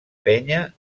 penya